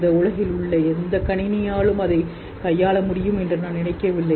இந்த உலகில் உள்ள எந்த கணினியும் அதைக் கையாள முடியும் என்று நான் நினைக்கவில்லை